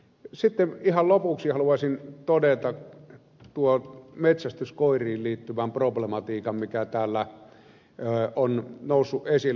sitten ihan lopuksi haluaisin todeta tuon metsästyskoiriin liittyvän problematiikan mikä täällä on noussut esille